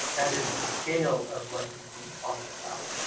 that is the scale of what is being talked about.